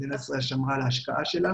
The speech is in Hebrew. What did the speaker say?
מדינת ישראל שמרה על ההשקעה שלה.